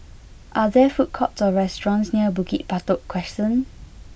are there food courts or restaurants near Bukit Batok Crescent